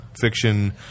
Fiction